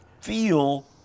feel